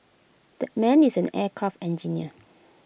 that man is an aircraft engineer